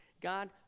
God